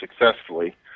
successfully